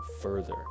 further